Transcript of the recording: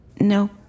No